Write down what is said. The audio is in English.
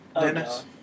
Dennis